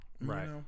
right